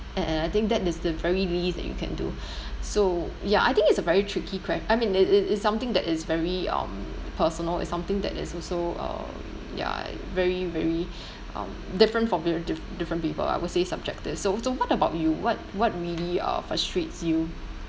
and and I think that is the very least that you can do so ya I think it's a very tricky que~ I mean it it is something that is very um personal it's something that is also uh ya very very um different for very different people I would say subjective so so what about you what what really uh frustrates you